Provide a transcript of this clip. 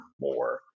more